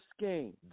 scheme